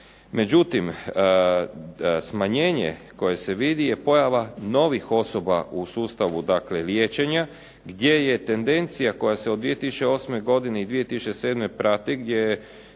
međutim smanjenje koje se vidi je pojava novih osoba u sustavu dakle liječenja gdje je tendencija koja se od 2008. godine i 2007. prati gdje je